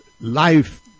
life